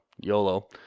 YOLO